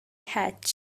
hatch